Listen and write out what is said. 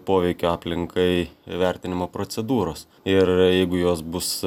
poveikio aplinkai vertinimo procedūros ir jeigu jos bus